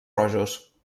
rojos